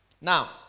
Now